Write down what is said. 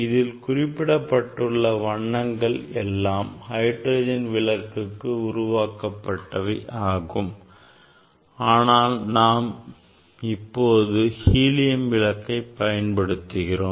இதில் குறிப்பிடப்பட்டுள்ள வண்ணங்கள் எல்லாம் ஹைட்ரஜன் விளக்கிற்காக உருவாக்கப்பட்டவை ஆகும் ஆனால் நாம் இப்போது ஹீலியம் விளக்கை பயன்படுத்துகிறோம்